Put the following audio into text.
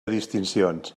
distincions